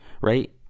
right